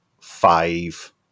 five